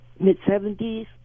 Mid-70s